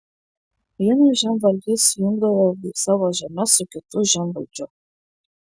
vienas žemvaldys sujungdavo savo žemes su kitu žemvaldžiu